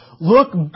look